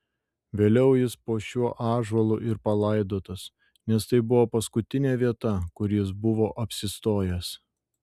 vėliau jis po šiuo ąžuolų ir palaidotas nes tai buvo paskutinė vieta kur jis buvo apsistojęs